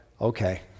okay